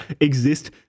exist